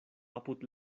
apud